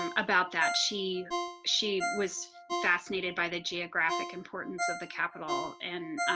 um about that she she was fascinated by the geographic importance of the capital and